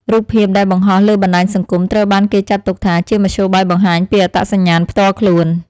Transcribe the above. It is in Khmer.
រូបភាពដែលបង្ហោះលើបណ្ដាញសង្គមត្រូវបានគេចាត់ទុកថា ជាមធ្យោបាយបង្ហាញពីអត្តសញ្ញាណផ្ទាល់ខ្លួន។